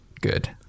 good